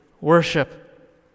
worship